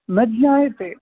न ज्ञायते